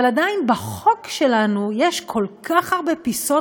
אבל עדיין בחוק שלנו יש כל כך הרבה פיסות